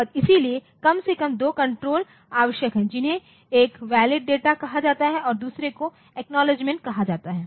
और इसलिए कम से कम 2 कंट्रोल आवश्यक हैं जिन्हें एक वैलिड डेटा कहा जाता है और दूसरे को एक्नॉलेजमेंट कहा जाता है